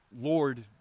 Lord